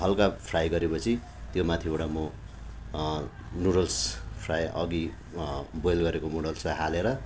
हल्का फ्राई गरे पछि त्यो माथिबाट म नुडल्स फ्राई अघि बोइल गरेको नुडल्स चाहिँ हालेर